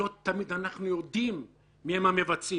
לא תמיד אנחנו יודעים מי הם המבצעים.